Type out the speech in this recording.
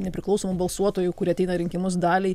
nepriklausomų balsuotojų kurie ateina į rinkimus daliai